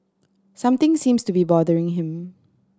something seems to be bothering him